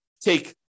take